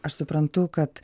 aš suprantu kad